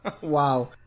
Wow